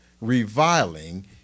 reviling